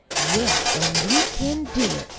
yes, an' we can do it.